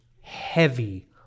heavy